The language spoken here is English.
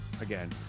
again